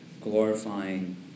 glorifying